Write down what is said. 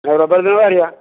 ନହେଲେ ରବିବାର ଦିନ ବାହାରିବା